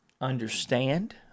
understand